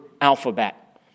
alphabet